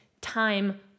time